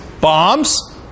bombs